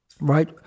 Right